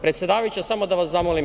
Predsedavajuća, samo da vas zamolim.